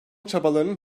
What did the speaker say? çabalarının